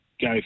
go